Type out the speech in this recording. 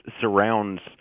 surrounds